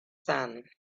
sun